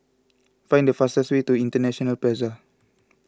find the fastest way to International Plaza